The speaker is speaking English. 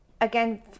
Again